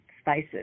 spices